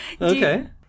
okay